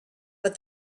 but